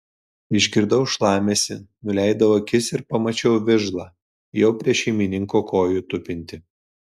išgirdau šlamesį nuleidau akis ir pamačiau vižlą jau prie šeimininko kojų tupintį